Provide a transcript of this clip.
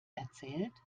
erzählt